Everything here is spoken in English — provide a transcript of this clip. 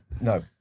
no